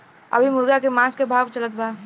अभी मुर्गा के मांस के का भाव चलत बा?